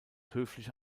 höfliche